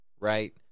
Right